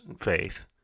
faith